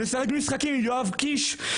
לשחק משחקים עם יואב קיש.